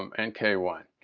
um and k one?